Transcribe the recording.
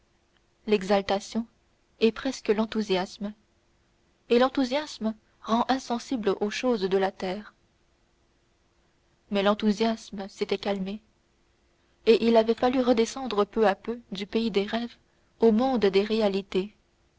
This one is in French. l'exaltation est presque l'enthousiasme et l'enthousiasme rend insensible aux choses de la terre mais l'enthousiasme s'était calmé et il avait fallu redescendre peu à peu du pays des rêves au monde des réalités